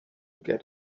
get